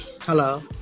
Hello